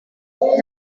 that